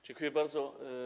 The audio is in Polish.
Dziękuję bardzo.